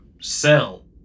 sell